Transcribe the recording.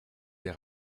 des